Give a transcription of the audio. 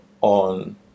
on